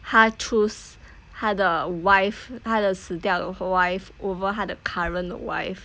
他 choose 他的 wife 他的死掉的 wife over 他的 current wife